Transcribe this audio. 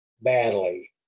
Badly